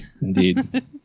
Indeed